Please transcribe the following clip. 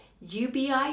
UBI